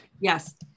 Yes